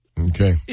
Okay